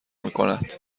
میکند